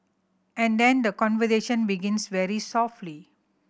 and then the conversation begins very softly